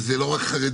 וזה לא רק חרדים,